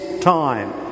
time